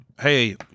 hey